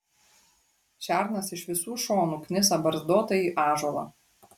šernas iš visų šonų knisa barzdotąjį ąžuolą